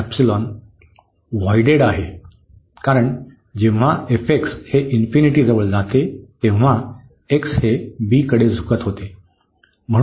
तर आता व्होईडेड आहे कारण जेव्हा हे इन्फिनिटी जवळ जाते तेव्हा x हे b कडे झुकत होते